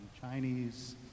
Chinese